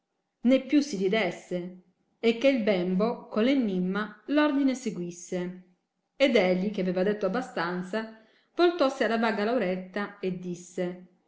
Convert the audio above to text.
né più si ridesse e che il bembo coli enimma l'ordine seguisse ed egli che aveva detto abbastanza voltossi alla vaga lauretta e disse